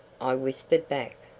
i whispered back,